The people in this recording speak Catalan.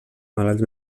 malalts